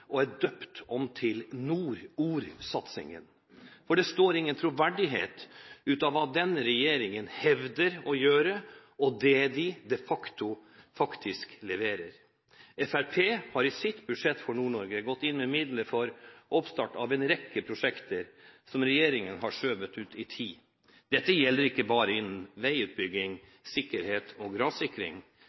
og er døpt om til nordordsatsingen, for det er ingen troverdighet i det denne regjeringen hevder å gjøre og det de de facto leverer. Fremskrittspartiet har i sitt budsjett for Nord-Norge gått inn med midler for oppstart av en rekke prosjekter som regjeringen har skjøvet ut i tid. Dette gjelder ikke bare innen veiutbygging, sikkerhet og